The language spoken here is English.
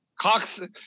Cox